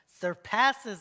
surpasses